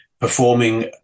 performing